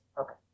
okay